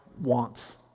wants